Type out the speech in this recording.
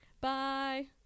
Bye